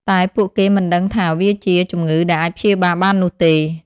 តែពួកគេមិនដឹងថាវាជា ជំងឺដែលអាចព្យាបាលបាននោះទេ។